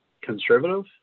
conservative